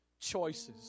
choices